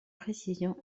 précision